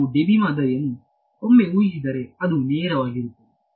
ನಾವು ಡೆಬಿ ಮಾದರಿಯನ್ನು ಒಮ್ಮೆ ಊಹಿಸಿದರೆ ಅದು ನೇರವಾಗಿರುತ್ತದೆ